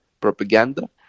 propaganda